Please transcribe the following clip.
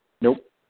Nope